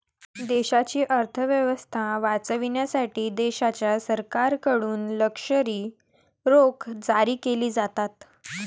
देशाची अर्थ व्यवस्था वाचवण्यासाठी देशाच्या सरकारकडून लष्करी रोखे जारी केले जातात